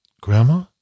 Grandma